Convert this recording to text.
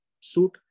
suit